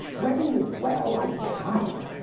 well, well, i come.